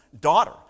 daughter